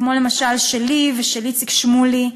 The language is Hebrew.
כמו למשל שלי ושל איציק שמולי,